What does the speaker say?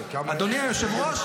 אדוני היושב-ראש,